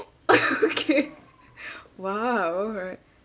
okay !wow! alright